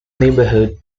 neighborhood